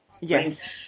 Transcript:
yes